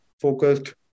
focused